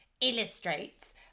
illustrates